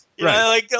right